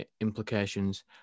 implications